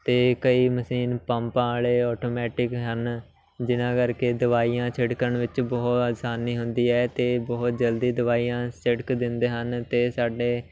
ਅਤੇ ਕਈ ਮਸ਼ੀਨ ਪੰਪਾਂ ਵਾਲੇ ਆਟੋਮੈਟਿਕ ਹਨ ਜਿਹਨਾਂ ਕਰਕੇ ਦਵਾਈਆਂ ਛਿੜਕਣ ਵਿੱਚ ਬਹੁਤ ਆਸਾਨੀ ਹੁੰਦੀ ਹੈ ਅਤੇ ਬਹੁਤ ਜਲਦੀ ਦਵਾਈਆਂ ਛਿੜਕ ਦਿੰਦੇ ਹਨ ਅਤੇ ਸਾਡੇ